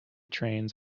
trains